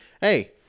hey